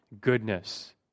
goodness